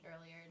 earlier